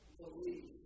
believe